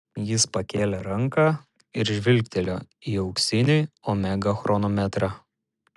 jis pakėlė ranką ir žvilgtelėjo į auksinį omega chronometrą